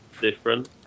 different